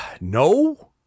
no